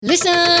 Listen